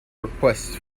requests